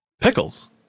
Pickles